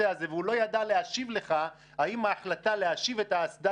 והוא לא ידע להשיב לך האם ההחלטה להשיב את האסדה